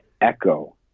echo